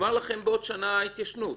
נגמרת לכם בעוד שנה ההתיישנות.